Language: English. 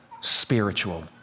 spiritual